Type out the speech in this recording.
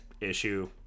issue